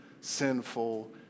sinful